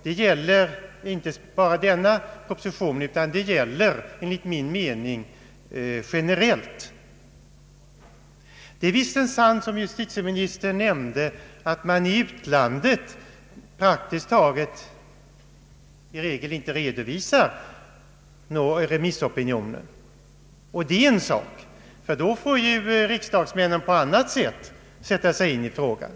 Det gäller inte bara denna proposition, utan enligt min mening generellt. Det är visserligen sant, som justitieministern nämnde, att man i utlandet praktiskt taget inte alls redovisar remissopinionen. Men då får ju riksdagsmännen på annat vis sätta sig in i frågan.